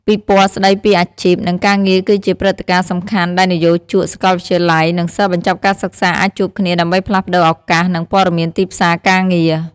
ពិព័រណ៍ស្ដីពីអាជីព និងការងារគឺជាព្រឹត្តិការណ៍សំខាន់ដែលនិយោជក សាកលវិទ្យាល័យ និងសិស្សបញ្ចប់ការសិក្សាអាចជួបគ្នាដើម្បីផ្លាស់ប្តូរឱកាស និងព័ត៌មានទីផ្សារការងារ។